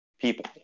people